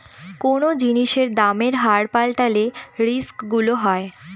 কোনো জিনিসের দামের হার পাল্টালে রিস্ক গুলো হয়